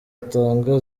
atanga